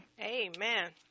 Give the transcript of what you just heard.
Amen